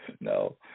no